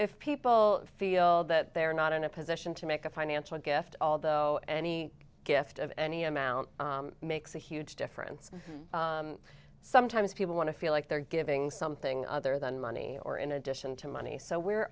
if people feel that they're not in a position to make a financial gift although any gift of any amount makes a huge difference sometimes people want to feel like they're giving something other than money or in addition to money so we're